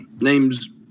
Name's